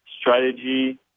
strategy